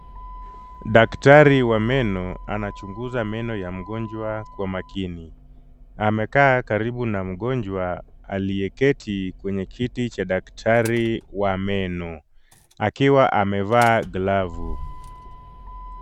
Daktari wa meno anachunguza meno ya mgonjwa kwa makini, amekaa karibu na mgonjwa aliyeketi kwenye kiti cha daktari wa meno, akiwa amevaa glavu.